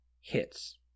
hits